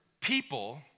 people